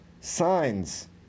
signs